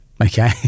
Okay